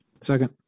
Second